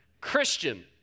Christian